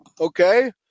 okay